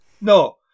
No